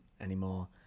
anymore